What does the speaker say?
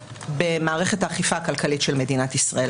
במערכת האכיפה הכלכלית של מדינת ישראל.